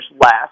last